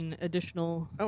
additional